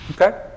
Okay